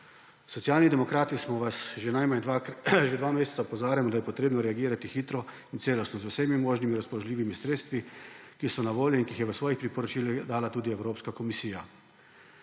Socialni demokrati smo vas že najmanj dva meseca opozarjamo, da je treba reagirati hitro in celostno, z vsemi možnimi razpoložljivimi sredstvi, ki so na voljo in ki jih je v svojih priporočilih dala tudi Evropska komisija.